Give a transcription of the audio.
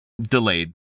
delayed